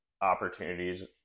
opportunities